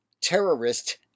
terrorist